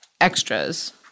extras